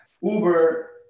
uber